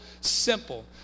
simple